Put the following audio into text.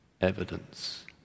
evidence